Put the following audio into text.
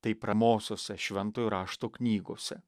tai pirmosiose šventojo rašto knygose